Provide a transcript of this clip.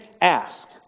ask